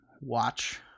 watch